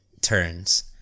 turns